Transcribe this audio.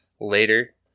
later